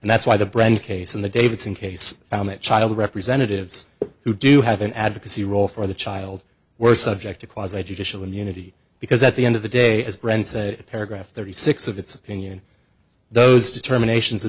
and that's why the brand case and the davidson case that child representatives who do have an advocacy role for the child were subject to cause i judicial immunity because at the end of the day as brent's a paragraph thirty six of its opinion those determination